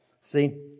See